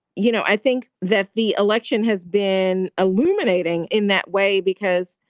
you know, i think that the election has been illuminating in that way because,